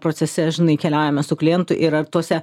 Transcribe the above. procese žinai keliaujame su klientu ir ar tuose